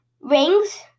rings